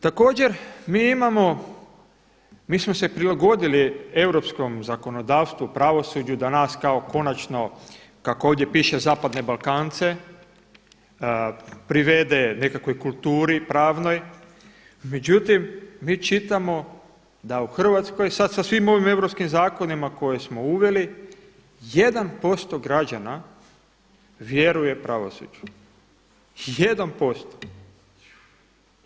Također mi imamo, mi smo se prilagodili europskom zakonodavstvu, pravosuđu da nas kao konačno kako ovdje piše zapadne Balkance, privede nekakvoj kulturi pravnoj, međutim mi čitamo da u Hrvatskoj sada sa svim ovim europskim zakonima koje smo uveli 1% građana vjeruje pravosuđu, 1%